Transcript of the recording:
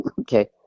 okay